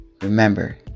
Remember